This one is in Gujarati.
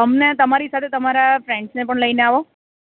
તમને તમારી સાથે તમારા ફ્રેન્ડસને પણ લઈને આવો